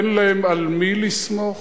אין להן על מי לסמוך,